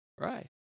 Right